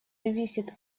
зависит